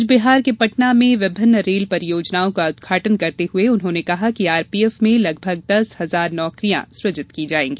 आज बिहार के पटना में विभिन्न रेल परियोजनाओं का उदघाटन करते हुए उन्होंने कहा कि आरपीएफ में लगभग दस हजार नौकरियां सुजित की जायेगी